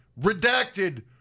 Redacted